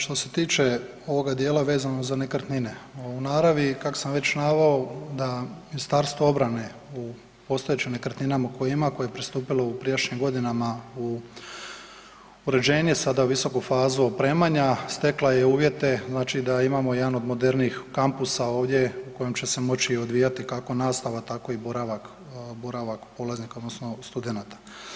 Što se tiče ovoga dijela vezano za nekretnine, u naravi je kako sam već naveo da Ministarstvo obrane u postojećim nekretninama koje ima koje je pristupilo u prijašnjim godinama u uređenje, sada visoku fazu opremanja, stekla je i uvjete znači da imamo jedan od modernijih kampusa ovdje u kojem će se moći odvijati kako nastava tako i boravak polaznika odnosno studenata.